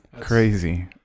Crazy